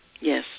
Yes